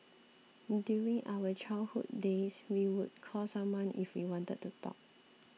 during our childhood days we would call someone if we wanted to talk